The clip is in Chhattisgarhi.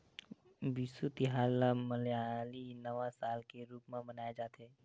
बिसु तिहार ल मलयाली नवा साल के रूप म मनाए जाथे